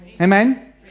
Amen